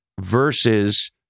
versus